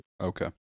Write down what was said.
Okay